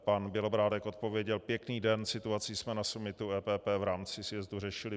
Pan Bělobrádek odpověděl: Pěkný den, situaci jsme na summitu EPP v rámci sjezdu řešili.